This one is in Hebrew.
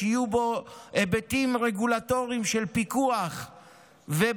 שיהיו בו היבטים רגולטוריים של פיקוח ובקרה,